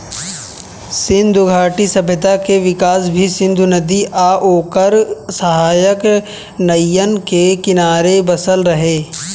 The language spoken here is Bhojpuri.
सिंधु घाटी सभ्यता के विकास भी सिंधु नदी आ ओकर सहायक नदियन के किनारे बसल रहे